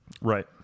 right